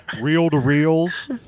reel-to-reels